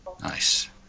Nice